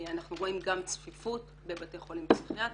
אנחנו רואים גם צפיפות בבתי חולים פסיכיאטריים,